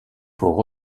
pour